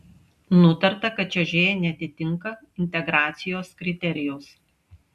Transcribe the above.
nutarta kad čiuožėja neatitinka integracijos kriterijaus